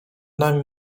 nami